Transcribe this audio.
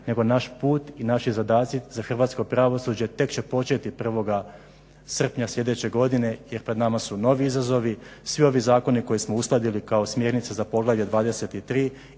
nego naš put i naši zadaci za hrvatsko pravosuđe tek će početi 1. srpnja sljedeće godine jer pred nama su novi izazovi. Svi ovi zakoni koje smo uskladili kao smjernice za Poglavlje 23.